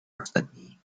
ostatní